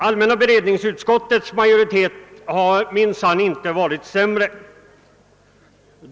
Allmänna beredningsutskottets majoritet har minsann inte varit sämre.